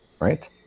right